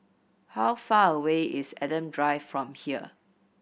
how far away is Adam Drive from here